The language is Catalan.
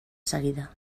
seguida